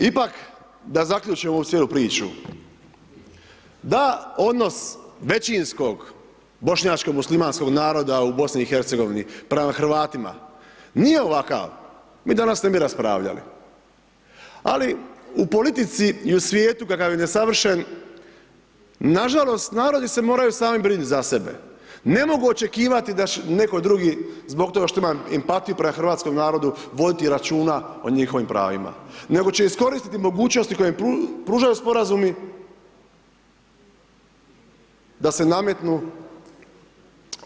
Ipak, da zaključimo ovu cijelu priču, da odnos većinskog Bošnjačko muslimanskog naroda u BiH prema Hrvatima nije ovakav, mi danas ne bi raspravljali, ali u politici i u svijetu kakav je nesavršen, nažalost narodi se moraju sami brinuti za sebe, ne mogu očekivati da će netko drugi zbog toga što ima empatiju prema hrvatskom narodu, voditi računa o njihovim pravima, nego će iskoristiti mogućnosti koji im pružaju Sporazumi da se nametnu